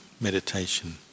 meditation